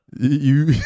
you